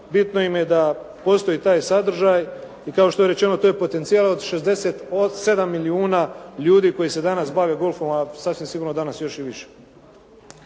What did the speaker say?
bitno im je da postoji taj sadržaj i kao što je rečeno to je potencijal od 67 milijuna ljudi koji se danas bave golfom, a sasvim sigurno danas još i više.